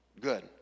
Good